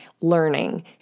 learning